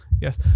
Yes